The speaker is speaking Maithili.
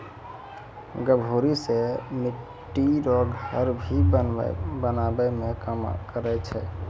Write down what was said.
गभोरी से मिट्टी रो घर भी बनाबै मे काम करै छै